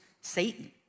Satan